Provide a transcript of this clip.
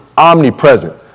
omnipresent